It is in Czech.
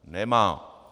Nemá.